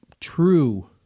true